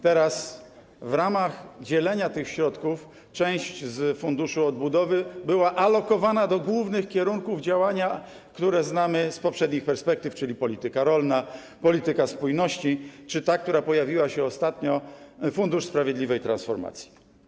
Teraz w ramach dzielenia tych środków część z funduszu odbudowy była alokowana do głównych kierunków działania, które znamy z poprzednich perspektyw, czyli polityka rolna, polityka spójności czy ta, która pojawiła się ostatnio, fundusz sprawiedliwej transformacji.